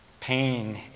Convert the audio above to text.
Pain